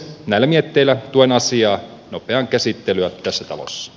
näillä mietteillä tuen asian nopeaa käsittelyä tässä talossa